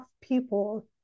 people